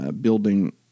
building